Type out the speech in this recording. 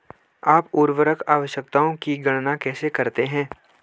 आप उर्वरक आवश्यकताओं की गणना कैसे करते हैं?